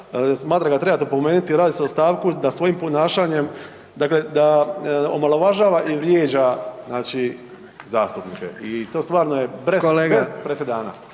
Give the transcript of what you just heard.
smatram da ga trebate opomenuti. Radi se o stavku da svojim ponašanjem dakle da omalovažava i vrijeđa zastupnike i to je stvarno bez presedana.